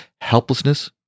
helplessness